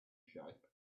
shape